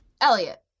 Elliot